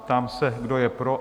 Ptám se, kdo je pro?